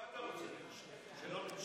מה אתה רוצה, שלא ננשום גם?